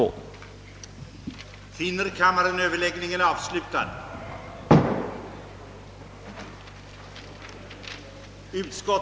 en fullständigare rening av avloppsvatten.